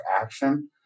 action